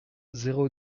zéro